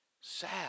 sad